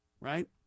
Right